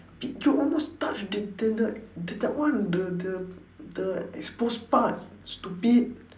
p~ you almost touch the the the the that one the the the exposed part stupid